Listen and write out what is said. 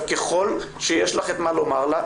ככל שיש לך מה לומר לה,